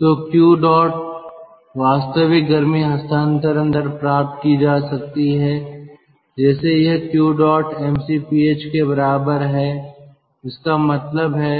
तो Q dot वास्तविक गर्मी हस्तांतरण दर प्राप्त की जा सकती है जैसे यह Q dot mcph के बराबर है इसका मतलब है